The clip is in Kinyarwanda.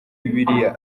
bibiliya